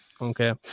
okay